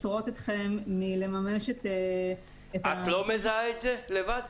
עוצרות אתכם מלממש --- את לא מזהה את זה לבד?